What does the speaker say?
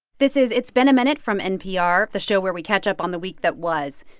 this is it's been a minute from npr, the show where we catch up on the week that was.